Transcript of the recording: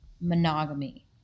monogamy